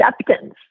acceptance